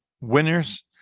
winners